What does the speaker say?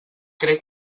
crec